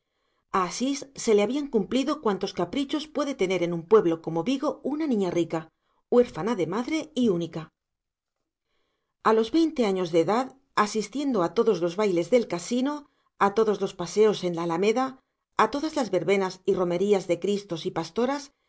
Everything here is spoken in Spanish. asís se le habían cumplido cuantos caprichos puede tener en un pueblo como vigo una niña rica huérfana de madre y única a los veinte años de edad asistiendo a todos los bailes del casino a todos los paseos en la alameda a todas las verbenas y romerías de cristos y pastoras